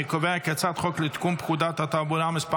אני קובע כי הצעת חוק לתיקון פקודת התעבורה (מס'